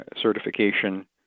certification